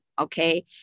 Okay